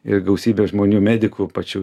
ir gausybė žmonių medikų pačių